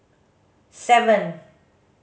seven